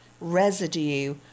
residue